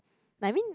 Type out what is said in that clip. I mean